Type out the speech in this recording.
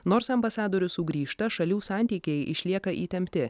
nors ambasadorius sugrįžta šalių santykiai išlieka įtempti